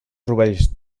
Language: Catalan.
rovells